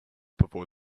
before